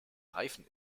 reifen